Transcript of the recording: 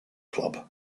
club